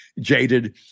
jaded